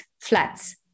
flats